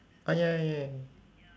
oh ya ya ya